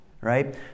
Right